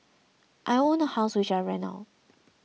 I own a house which I rent out